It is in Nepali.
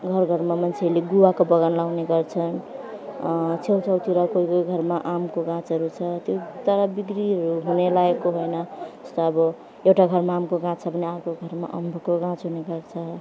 घरघरमा मान्छेहरूले गुवाको बगान लगाउने गर्छन् छेउछाउतिर कोही कोही घरमा आँपको गाछहरू छ त्यो तर बिक्रीहरू हुनेलायकको होइन जस्तो अब एउटा घरमा आँपको गाछ भने अर्को घरमा अम्बकको गाछ हुने गर्छ